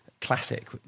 classic